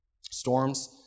storms